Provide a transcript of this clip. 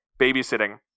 babysitting